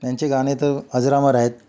त्यांचे गाणे तर अजरामर आहेत